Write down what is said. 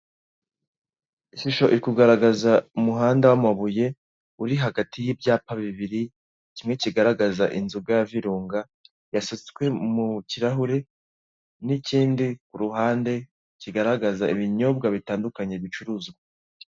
Ishusho iri kugaragaza umuhanda w'amabuye, uri hagati y'ibyapa bibiri, kimwe kigaragaza inzoga ya virunga yasutswe mu kirahure, n'ikindi ku ruhande kigaragaza inyobwa bitandukanye bicuruzwa.